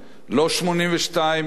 מלחמת לבנון הראשונה,